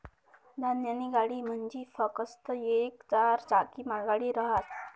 धान्यनी गाडी म्हंजी फकस्त येक चार चाकी मालगाडी रहास